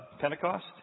Pentecost